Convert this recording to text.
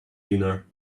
dinner